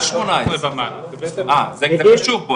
לספורט אמורה לאשר בחמש עשרה בנובמבר הופך את כל החלוקה